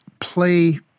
play